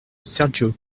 sergio